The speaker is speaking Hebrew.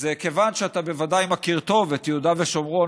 אז כיוון שאתה בוודאי מכיר טוב את יהודה ושומרון,